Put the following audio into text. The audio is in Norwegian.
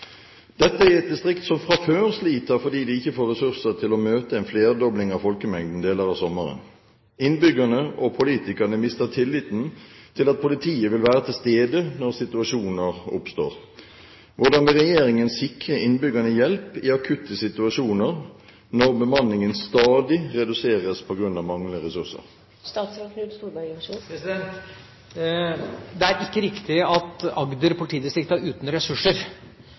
Dette er i et distrikt som fra før sliter fordi de ikke får ressurser til å møte en flerdobling av folkemengden deler av sommeren. Innbyggerne og politikerne mister tilliten til at politiet vil være til stede når situasjoner oppstår. Hvordan vil regjeringen sikre innbyggerne hjelp i akutte situasjoner, når bemanningen stadig reduseres på grunn av manglende ressurser?» Det er ikke riktig at Agder politidistrikt er uten ressurser.